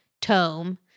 tome